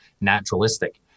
naturalistic